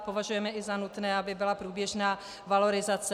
Považujeme za nutné, aby byla průběžná valorizace.